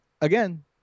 again